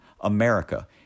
America